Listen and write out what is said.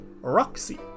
Roxy